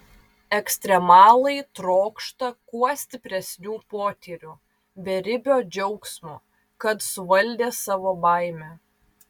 ekstremalai trokšta kuo stipresnių potyrių beribio džiaugsmo kad suvaldė savo baimę